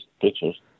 pictures